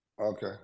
okay